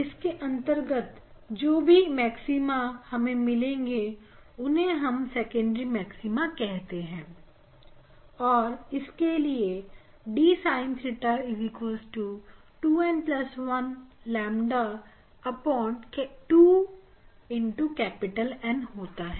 इनके अंतर्गत जो भी मैक्सिमा हमें मिलेंगे उन्हें हम सेकेंड्री मैक्सिमा कहते हैं और इनके लिए dSin𝜽 2n1ƛ2N होता है